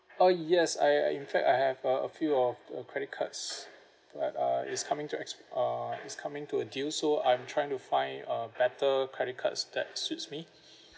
uh yes I I in fact I have a~ a few of the credit cards uh uh it's coming to ex~ uh it's coming to due so I'm trying to find uh better credit cards that suits me